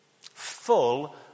full